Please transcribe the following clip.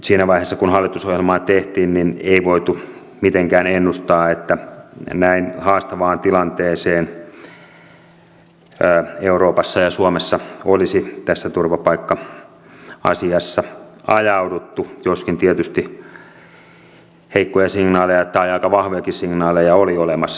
siinä vaiheessa kun hallitusohjelmaa tehtiin ei voitu mitenkään ennustaa että näin haastavaan tilanteeseen euroopassa ja suomessa olisi tässä turvapaikka asiassa ajauduttu joskin tietysti heikkoja signaaleja tai aika vahvojakin signaaleja oli olemassa